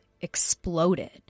exploded